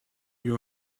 you